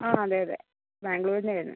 ആ അതെ അതെ ബാംഗ്ലൂരിലായിരുന്നു